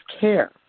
care